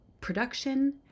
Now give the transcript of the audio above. production